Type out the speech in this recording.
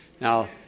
Now